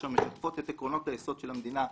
אשר משקפות את עקרונות היסוד של המדינה,